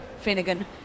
Finnegan